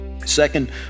Second